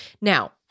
Now